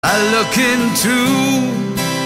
♪ I looking to ♪